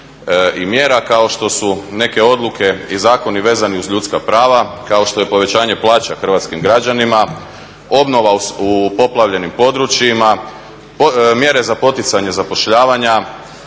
i mjera kao što su neke odluke i zakoni vezani uz ljudska prava, kao što je povećanje plaća hrvatskim građanima, obnova u poplavljenim područjima, mjere za poticanje zapošljavanja,